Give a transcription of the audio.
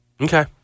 Okay